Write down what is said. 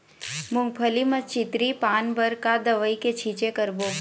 मूंगफली म चितरी पान बर का दवई के छींचे करबो?